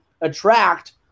attract